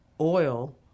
oil